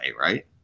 Right